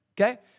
okay